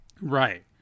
right